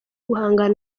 guhanga